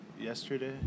yesterday